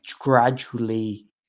gradually